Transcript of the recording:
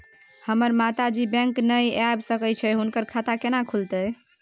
हमर माता जी बैंक नय ऐब सकै छै हुनकर खाता केना खूलतै?